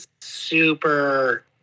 super